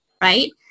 right